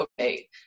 Okay